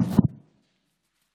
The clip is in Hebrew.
אדוני היושב-ראש,